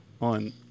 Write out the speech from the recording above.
On